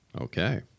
Okay